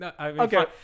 Okay